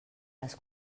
les